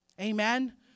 Amen